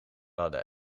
hadden